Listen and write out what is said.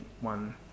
one